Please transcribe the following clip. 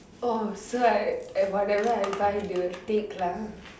oh so I whatever I buy they will take lah